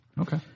Okay